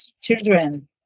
children